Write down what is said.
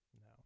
No